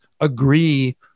agree